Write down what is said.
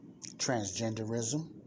transgenderism